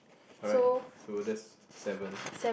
alright so that's seven